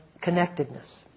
connectedness